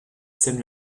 sème